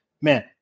man